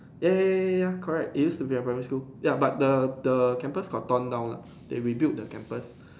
ya ya ya ya ya correct it used to be my primary school ya but the the campus got torn down lah they rebuilt the campus